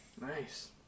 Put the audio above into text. nice